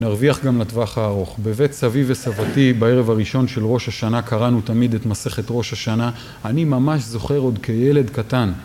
נרוויח גם לטווח הארוך. בבית סבי וסבתי בערב הראשון של ראש השנה קראנו תמיד את מסכת ראש השנה. אני ממש זוכר עוד כילד קטן.